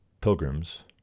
pilgrims